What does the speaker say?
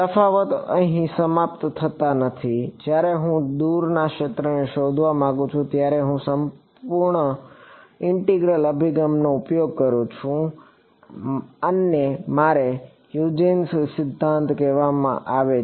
તફાવતો અહીં સમાપ્ત થતા નથી જ્યારે હું દૂર ક્ષેત્રને શોધવા માંગુ છું ત્યારે હું સરફેસ ના સંપૂર્ણ ઇન્ટિગ્રલ અભિગમમાં ઉપયોગ કરું છું આને મારા હ્યુજેન્સ સિદ્ધાંત કહેવામાં આવે છે